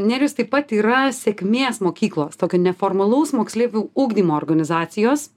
nerijus taip pat yra sėkmės mokyklos tokio neformalaus moksleivių ugdymo organizacijos